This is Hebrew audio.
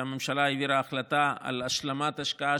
והממשלה העבירה החלטה על השלמת השקעה